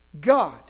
God